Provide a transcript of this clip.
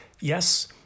Yes